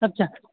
अच्छा